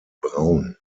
braun